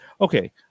Okay